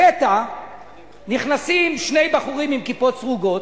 לפתע נכנסים שני בחורים עם כיפות סרוגות,